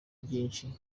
byinshi